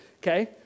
Okay